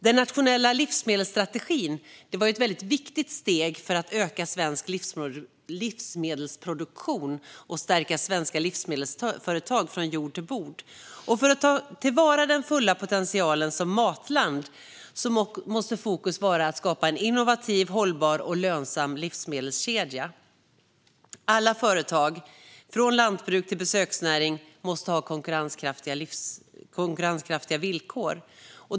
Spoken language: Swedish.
Den nationella livsmedelsstrategin var ett mycket viktigt steg för att öka svensk livsmedelsproduktion och stärka svenska livsmedelsföretag, från jord till bord. För att ta till vara på den fulla potentialen som matland måste fokus vara att skapa en innovativ, hållbar och lönsam livsmedelskedja. Alla företag, från lantbruk till besöksnäring, måste ha konkurrenskraftiga villkor.